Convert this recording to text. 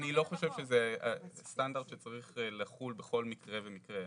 אני לא חושב שזה סטנדרט שצריך לחול בכל מקרה ומקרה.